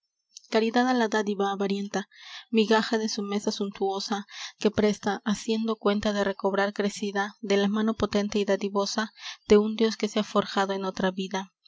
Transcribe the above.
á la dádiva avarienta migaja de su mesa suntüosa que presta haciendo cuenta de recobrar crecida de la mano potente y dadivosa de un dios que se ha forjado en otra vida